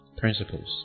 Principles